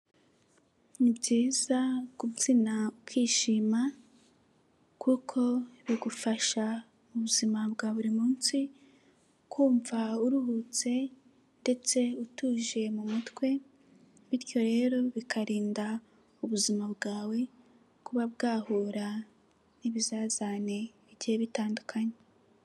Ni byiza kubyina ukishima kuko bigufasha mu buzima bwa buri munsi kumva uruhutse ndetse utuje mu mutwe bityo rero bikarinda ubuzima bwawe kuba bwahura n'ibizazane bigiye bitandukanye.